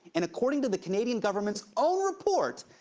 and according to the canadian government's own report,